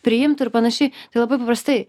priimt ir panašiai tai labai paprastai